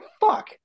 fuck